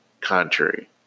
contrary